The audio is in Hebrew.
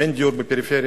אין דיור בפריפריה.